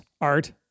art